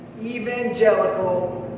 Evangelical